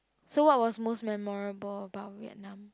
so what was most memorable about Vietnam